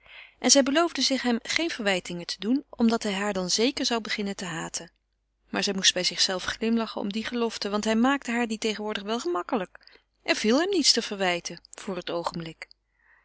en zij beloofde zich hem geen verwijtingen te doen omdat hij haar dan zeker zou beginnen te haten maar zij moest bij zichzelve glimlachen om die gelofte want hij maakte haar die tegenwoordig wel gemakkelijk er viel hem niets te verwijten voor het oogenblik